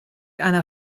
einer